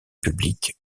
publique